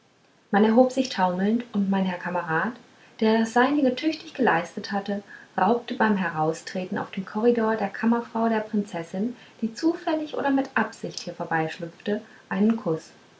man erhob sich taumelnd und mein herr kamerad der das seinige tüchtig geleistet hatte raubte beim heraustreten auf den korridor der kammerfrau der prinzessin die zufällig oder mit absicht hier vorbeischlüpfte einen kuß